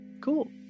Cool